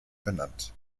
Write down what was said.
benannt